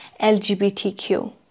LGBTQ